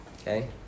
okay